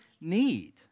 need